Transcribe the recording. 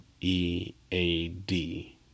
E-A-D